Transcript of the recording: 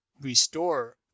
restore